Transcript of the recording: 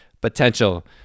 potential